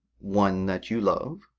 one that you love.